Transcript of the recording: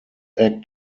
act